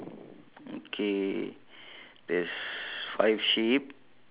one two three four five six seven eight n~ mine is still nine